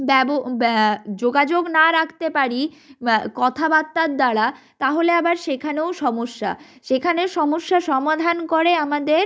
যোগাযোগ না রাখতে পারি কথাবার্তার দ্বারা তাহলে আবার সেখানেও সমস্যা সেখানে সমস্যার সমাধান করে আমাদের